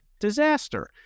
Disaster